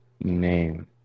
name